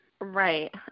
Right